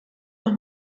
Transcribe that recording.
noch